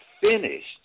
finished